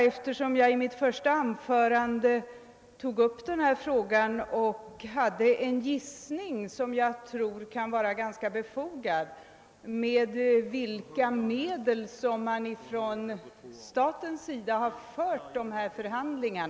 Eftersom jag i mitt första anförande gjorde en gissning, som jag tror var ganska befogad, kan jag nu inte underlåta att fråga med vilka medel man från statens sida förde dessa förhandlingar.